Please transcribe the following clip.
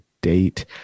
date